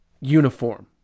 uniform